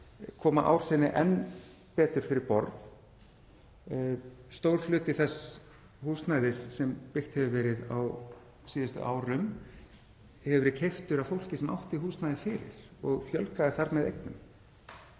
koma ár sinni enn betur fyrir borð. Stór hluti þess húsnæðis sem byggt hefur verið á síðustu árum hefur verið keyptur af fólki sem átti húsnæði fyrir og fjölgaði þar með eignum.